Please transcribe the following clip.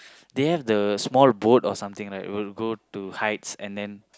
they have the small boat or something like will go to heights and then